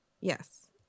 Yes